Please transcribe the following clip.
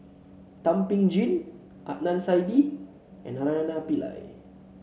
Thum Ping Tjin Adnan Saidi and Naraina Pillai